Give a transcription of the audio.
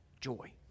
joy